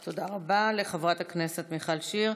תודה רבה לחברת הכנסת מיכל שיר.